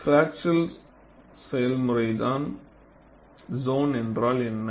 fracture செயல்முறை zone என்றால் என்ன